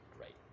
right